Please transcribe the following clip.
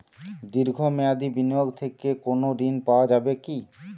দীর্ঘ মেয়াদি বিনিয়োগ থেকে কোনো ঋন পাওয়া যাবে কী?